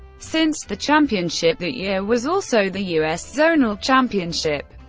since the championship that year was also the u s. zonal championship,